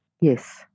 Yes